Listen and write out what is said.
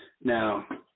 Now